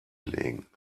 legen